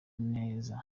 neza